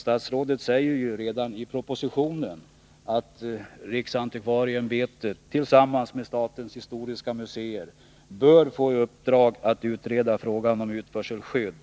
Statsrådet säger redan i propositionen att riksantikvarieämbetet tillsammans med statens historiska museer bör få i uppdrag att utreda frågan om utförselskydd.